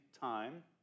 time